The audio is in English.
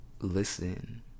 listen